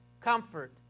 Comfort